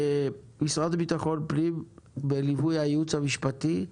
משרד לביטחון פנים בליווי הייעוץ המשפטי,